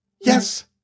Yes